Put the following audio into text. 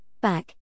back